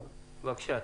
בבקשה,